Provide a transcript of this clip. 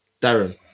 Darren